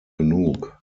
genug